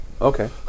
Okay